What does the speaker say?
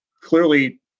Clearly